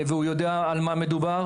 והוא יודע על מה מדובר.